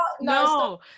no